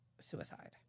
suicide